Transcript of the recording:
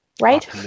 Right